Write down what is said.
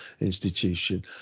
institution